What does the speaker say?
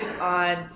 on